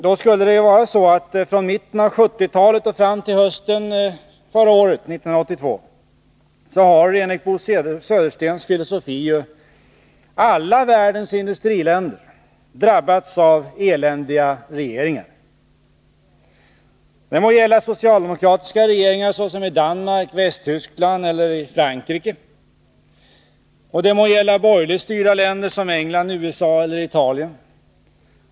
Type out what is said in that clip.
Då skulle ju, enligt Bo Söderstens filosofi, från mitten av 1970-talet och fram till hösten förra året alla världens industriländer ha drabbats av eländiga regeringar. Det må gälla socialdemokratiska regeringar som i Danmark, Västtyskland och Frankrike. Det må gälla borgerligt styrda länder som England, USA och Italien.